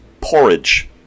Porridge